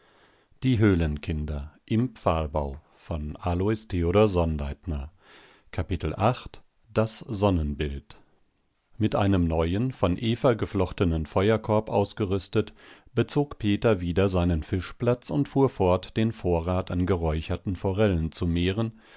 das sonnenbild mit einem neuen von eva geflochtenen feuerkorb ausgerüstet bezog peter wieder seinen fischplatz und fuhr fort den vorrat an geräucherten forellen zu mehren